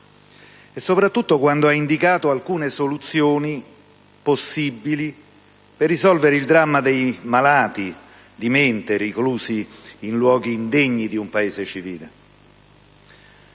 e soprattutto quando ha indicato alcune soluzioni possibili per risolvere il dramma dei malati di mente reclusi in luoghi indegni di un Paese civile.